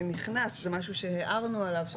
שנכנס, זה משהו שהערנו עליו.